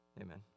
Amen